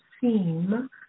seem